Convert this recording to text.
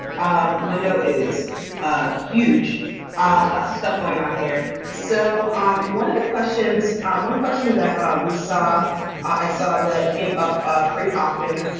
um window is a huge ah like of stuff going on here. so um, one of the questions one question that we saw i saw that came up ah pretty often,